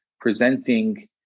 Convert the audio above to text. presenting